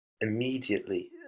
immediately